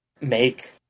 make